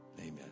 Amen